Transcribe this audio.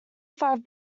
five